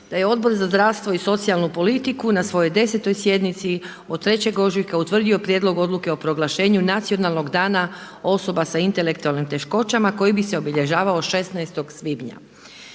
da je Odbor za zdravstvo i socijalnu politiku na svojoj 10. sjednici od 3. ožujka utvrdio Prijedlog odluke o proglašenju Nacionalnog dana osoba sa intelektualnim teškoćama koji bi se obilježavao 16. svibnja.